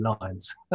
lines